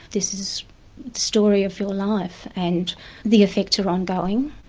this is the story of your life, and the effects are ongoing.